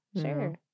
Sure